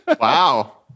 Wow